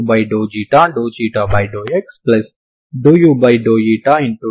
u విలువ positive side తెలిసినప్పుడు ఈ విధంగా నేను x యొక్క అన్ని విలువలకు ఒక కొత్త ఫంక్షన్ ని నిర్వచించాను